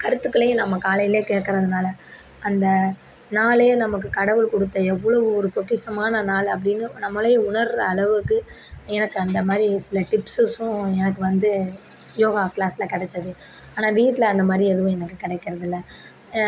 கருத்துக்களையும் நம்ம காலைலையே கேட்குறதனால அந்த நாளே நமக்கு கடவுள் கொடுத்த எவ்வளவு ஒரு பொக்கிஷமான நாள் அப்படின்னு நம்மளே உணருகிற அளவுக்கு எனக்கு அந்தமாதிரி சில டிப்ஸஸும் எனக்கு வந்து யோகா க்ளாஸில் கிடச்சது ஆனால் வீட்டில் அந்தமாதிரி எதுவும் எனக்கு கிடைக்கிறதில்ல